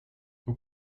who